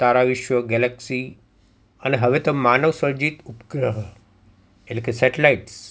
તારા વિશ્વ ગેલેક્સી અને હવે તો માનવ સર્જિત ઉપગ્રહ એટલે કે સેટેલાઇટ્સ